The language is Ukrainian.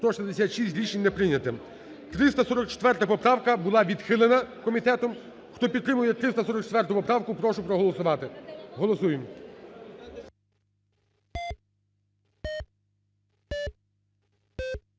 За-166 Рішення не прийнято. 344 поправка була відхилена комітетом. Хто підтримує 344 поправку, прошу проголосувати. Голосуємо.